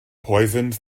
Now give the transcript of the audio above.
poisons